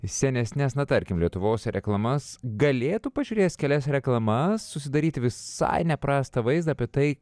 į senesnes na tarkim lietuvos reklamas galėtų pažiūrėjęs kelias reklamas susidaryti visai neprastą vaizdą apie tai